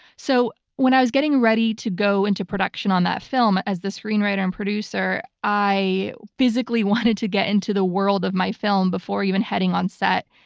so when i was getting ready to go into production on that film as the screenwriter and producer i physically wanted to get into the world of my film before even heading on set.